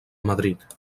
madrid